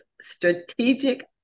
strategic